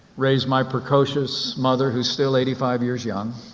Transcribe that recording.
raised my precocious mother who's still eighty five years young.